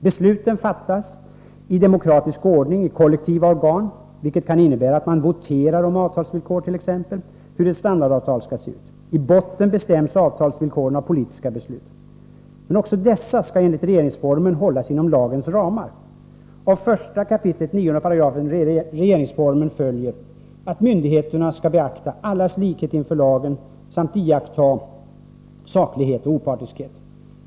Besluten fattas i demokratisk ordning i kollektiva organ, vilket kan innebära t.ex. att man voterar om avtalsvillkor och om hur standardavtalen skall se ut. I botten bestäms avtalsvillkoren av politiska beslut. Men också dessa skall enligt regeringsformen hålla sig inom lagens ramar. Av 1 kap. 9§ regeringsformen följer att myndigheterna skall beakta allas likhet inför lagen samt iaktta saklighet och opartiskhet.